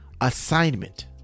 assignment